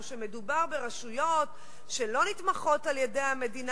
שמדובר ברשויות שלא נתמכות על-ידי המדינה.